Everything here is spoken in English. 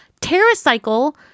TerraCycle